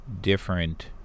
different